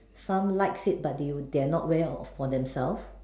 some likes it but they will they are not wear for themself